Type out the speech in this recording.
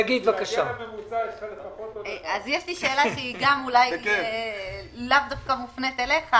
יש לי שאלה שלאו דווקא מופנית אליך,